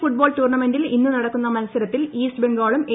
football ടൂർണമെന്റിൽ ഇന്ന് നടക്കുന്ന മത്സരത്തിൽ ഈസ്റ്റ് ബംഗാളും എ